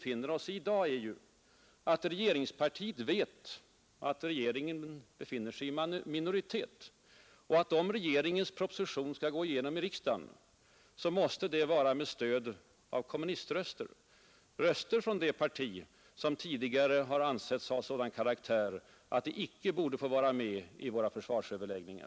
I dag är regeringspartiet i minoritet, och om regeringens proposition skall gå igenom i riksdagen måste det vara med stöd av kommuniströster — röster från det parti som har ansetts ha sådan karaktär att det icke bör få vara med i våra försvarsöverläggningar.